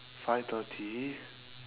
five thirty